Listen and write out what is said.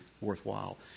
worthwhile